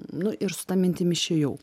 nu ir su ta mintim išėjau